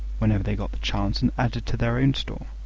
whenever they got the chance, and added to their own store.